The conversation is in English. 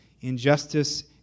Injustice